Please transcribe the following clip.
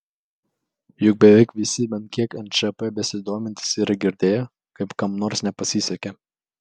juk beveik visi bent kiek nšp besidomintys yra girdėję kaip kam nors nepasisekė